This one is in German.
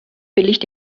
billigt